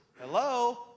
hello